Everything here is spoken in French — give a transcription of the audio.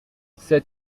cet